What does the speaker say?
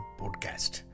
podcast